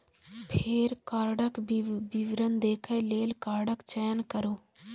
फेर कार्डक विवरण देखै लेल कार्डक चयन करू